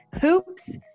hoops